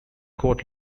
court